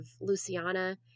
Luciana